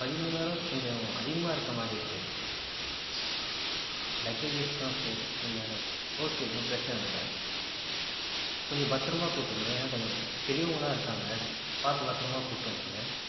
பதிமூணாயிரம் கொஞ்சம் அதிகமாக இருக்க மாதிரி இருக்கே லக்கேஜஸ்லாம் சேர்த்து மேலே வெச்சிட்டு ஓகே ஒன்றும் பிரச்சனை இல்லை கொஞ்சம் பத்திரமா கூப்பிட்டு வந்துடுங்க ஏன்னா கொஞ்சம் பெரியவங்கள்லாம் இருக்காங்க பார்த்து பத்திரமா கூப்பிட்டு வந்துடுங்க